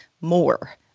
more